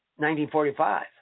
1945